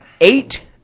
eight